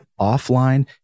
offline